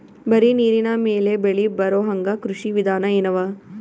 ಬರೀ ನೀರಿನ ಮೇಲೆ ಬೆಳಿ ಬರೊಹಂಗ ಕೃಷಿ ವಿಧಾನ ಎನವ?